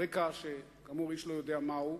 על רקע שכאמור איש לא יודע מהו,